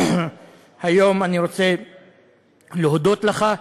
היום אני רוצה להודות לך.